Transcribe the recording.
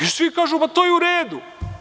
I svi kažu – pa to je u redu.